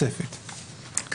אבל אפשר להצביע על כולן ביחד.